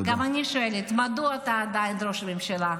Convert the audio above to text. גם אני שואלת מדוע אתה עדיין ראש הממשלה.